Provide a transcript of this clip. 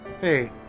Hey